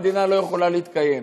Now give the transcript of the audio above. המדינה לא יכולה להתקיים.